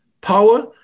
power